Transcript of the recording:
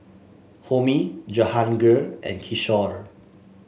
Homi Jehangirr and Kishore